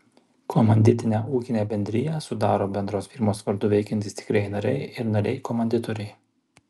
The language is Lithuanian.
komanditinę ūkinę bendriją sudaro bendros firmos vardu veikiantys tikrieji nariai ir nariai komanditoriai